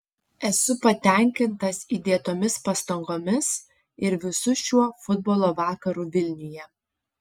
esu patenkintas įdėtomis pastangomis ir visu šiuo futbolo vakaru vilniuje